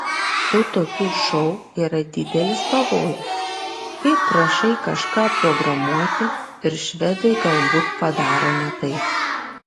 su tokiu šou yra didelis pavojus kai prašai kažką programuoti ir švedai galbūt padaro ne taip